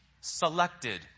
selected